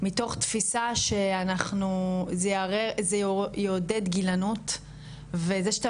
מתוך תפיסה שזה יעודד גילנות וזה שאתה